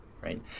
Right